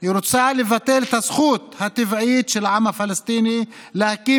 היא רוצה לבטל את הזכות הטבעית של העם הפלסטיני להקים